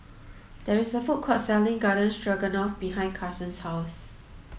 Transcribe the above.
there is a food court selling Garden Stroganoff behind Karson's house